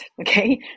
Okay